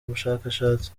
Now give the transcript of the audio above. bushakashatsi